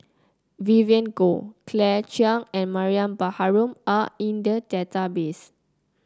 Vivien Goh Claire Chiang and Mariam Baharom are in the database